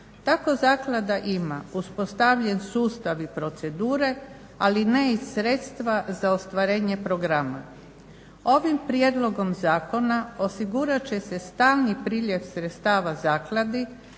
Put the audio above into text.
Tako zaklada ima uspostavljen sustav i procedure, ali ne i sredstva za ostvarenje programa. Ovim prijedlogom zakona osigurat će se stalni priljev sredstava zakladi,